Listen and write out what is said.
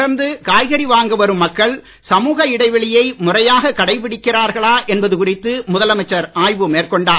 தொடர்ந்து காய்கறி வாங்க வரும் மக்கள் சமுக இடைவெளியை முறையாக கடைபிடிக்கிறார்களா என்பது குறித்து முதலமைச்சர் மேற்கொண்டார்